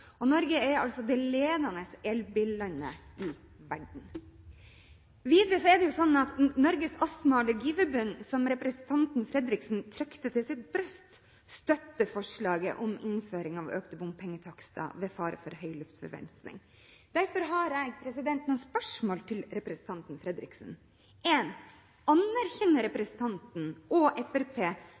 Og Norge er altså det ledende elbillandet i verden. Videre er det sånn at Norges Astma- og Allergiforbund, som representanten Fredriksen trykte til sitt bryst, støtter forslaget om innføring av økte bompengetakster ved fare for høy luftforurensing. Derfor har jeg noen spørsmål til representanten Fredriksen. Spørsmål én: Anerkjenner representanten, og